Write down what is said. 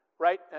Right